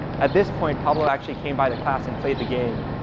at this point, pablo actually came by the class and played the game.